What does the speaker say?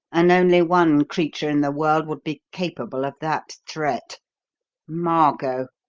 and only one creature in the world would be capable of that threat margot!